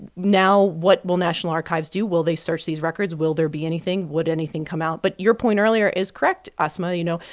now what will national archives do? will they search these records? will there be anything? would anything come out? but your point earlier is correct, asma, you know,